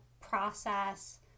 process